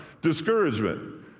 discouragement